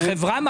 הכספים.